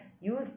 use